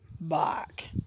Back